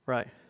Right